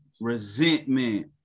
resentment